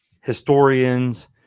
historians